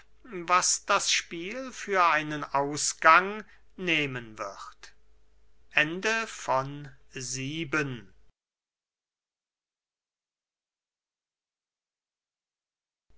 was das spiel für einen ausgang nehmen wird